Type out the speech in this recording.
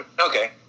okay